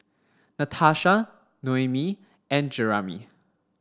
Natasha Noemi and Jeramie